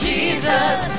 Jesus